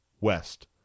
West